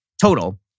total